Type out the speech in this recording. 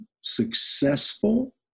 successful